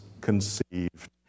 conceived